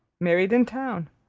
married in town,